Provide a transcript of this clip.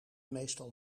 meestal